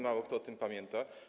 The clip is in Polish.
Mało kto o tym pamięta.